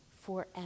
forever